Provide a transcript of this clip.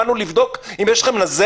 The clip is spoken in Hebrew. באנו לבדוק אם יש לכם נזלת?